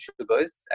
sugars